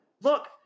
look